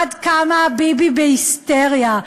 עד כמה ביבי בהיסטריה,